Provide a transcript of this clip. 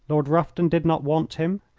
lord rufton did not want him.